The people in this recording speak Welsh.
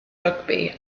rygbi